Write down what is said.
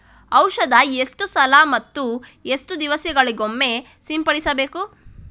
ಔಷಧ ಎಷ್ಟು ಸಲ ಮತ್ತು ಎಷ್ಟು ದಿವಸಗಳಿಗೊಮ್ಮೆ ಸಿಂಪಡಿಸಬೇಕು?